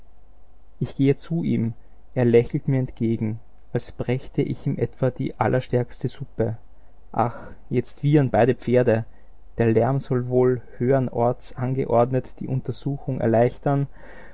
ich gehe zu ihm er lächelt mir entgegen als brächte ich ihm etwa die allerstärkste suppe ach jetzt wiehern beide pferde der lärm soll wohl höhern orts angeordnet die untersuchung erleichtern